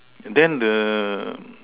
then the